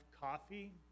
coffee